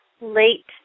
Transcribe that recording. late